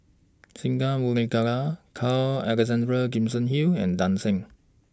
Singai Mukilan Carl Alexander Gibson Hill and Tan Shen